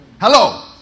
Hello